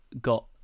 got